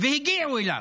והגיעו אליו.